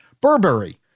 Burberry